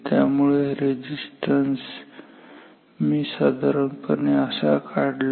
त्यामुळे रेझिस्टन्स जर मी साधारणपणे असा काढला